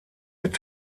mit